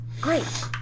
Great